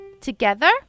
Together